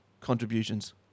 contributions